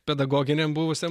pedagoginiam buvusiam